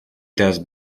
does